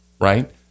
right